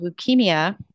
leukemia